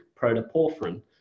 protoporphyrin